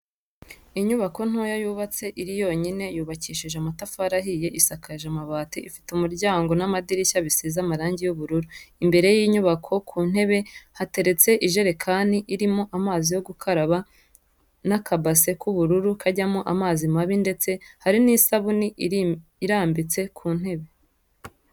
Inyubako ntoya yubatse iri yonyine, yubakishije amatafari ahiye isakaje amabati ifite umuryango n'amadirishya bisize amarangi y'ubururu, imbere y'inyubako ku ntebe hateretse ijerekani irimo amazi yo gukaraba n'akabase k'ubururu kajyamo amazi mabi ndetse hari n'isabuni irambitse ku ntebe.